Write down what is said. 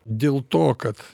dėl to kad